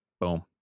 Boom